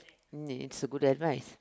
mm it's a good advice